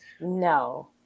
No